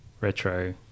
Retro